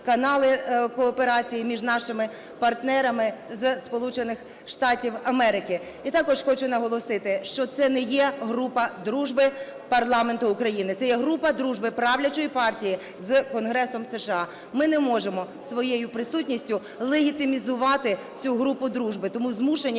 канали кооперацій між нашими партнерами із Сполучених Штатів Америки. І також хочу наголосити, що це не є група дружби парламенту України, це є група дружби правлячої партії з Конгресом США. Ми не можемо своєю присутністю легітимізувати цю групу дружби, тому змушені